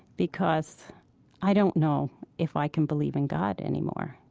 because i don't know if i can believe in god anymore.